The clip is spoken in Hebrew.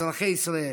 אזרחי ישראל,